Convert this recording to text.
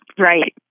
right